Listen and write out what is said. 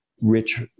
rich